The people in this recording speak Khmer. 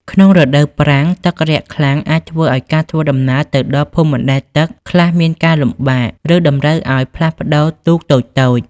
ក្នុងរដូវប្រាំង ទឹករាក់ខ្លាំងអាចធ្វើឱ្យការធ្វើដំណើរទៅដល់ភូមិបណ្ដែតទឹកខ្លះមានការលំបាក ឬតម្រូវឱ្យផ្លាស់ប្ដូរទូកតូចៗ។